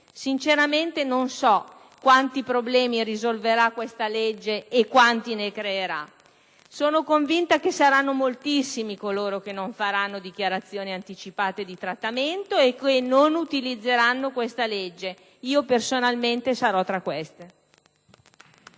Sinceramente non so quanti problemi risolverà questa legge e quanti ne creerà. Sono convinta che saranno moltissimi coloro che non faranno dichiarazioni anticipate di trattamento e che non utilizzeranno questa legge. Personalmente sarò tra questi.